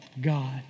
God